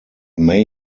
may